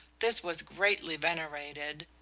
this was greatly venerated,